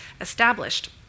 established